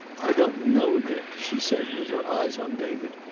i don't know, dick, she said, with her eyes on david.